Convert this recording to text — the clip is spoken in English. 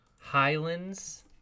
highlands